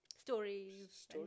stories